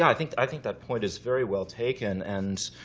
i think i think that point is very well taken. and